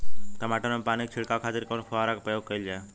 टमाटर में पानी के छिड़काव खातिर कवने फव्वारा का प्रयोग कईल जाला?